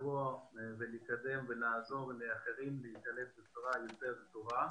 לקדם ולעזור לאחרים להיקלט בצורה יותר טובה.